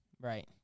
Right